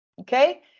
okay